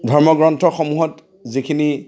ধৰ্মগ্ৰন্থসমূহত যিখিনি